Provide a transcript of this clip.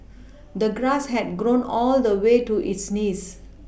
the grass had grown all the way to its knees